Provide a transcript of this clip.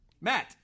Matt